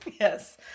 Yes